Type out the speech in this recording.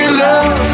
love